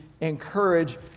encourage